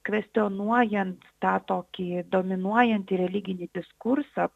kvestionuojant tą tokį dominuojantį religinį diskursą